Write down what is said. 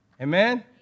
Amen